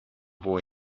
boy